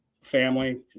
family